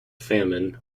famine